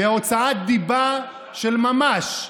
בהוצאת דיבה של ממש,